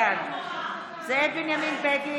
בעד זאב בנימין בגין,